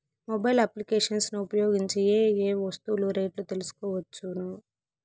Mobile applications ను ఉపయోగించి ఏ ఏ వస్తువులు రేట్లు తెలుసుకోవచ్చును?